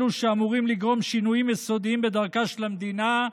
אלו שאמורים לגרום שינויים יסודיים בדרכה של המדינה,